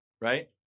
Right